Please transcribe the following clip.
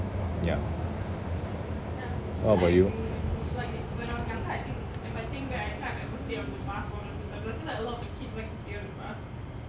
ya what about you